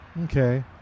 Okay